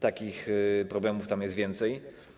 Takich problemów tam jest więcej.